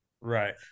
right